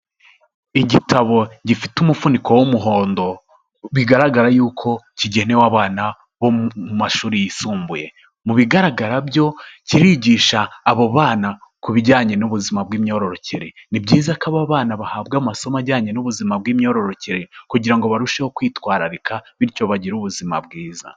Igitabo gifite umuvuniko w'umuhondo, bigaragara yuko kigenewe abana bo mu mashuri yisumbuye. Mu bigaragara byo, kirigisha abo bana ku bijyanye n'ubuzima bw'imyororokere. Ni byiza ko aba bana bahabwa amasomo ajyanye n'ubuzima bw'imyororokere, kugira ngo barusheho kwitwararika, bityo bagire ubuzima bwiza.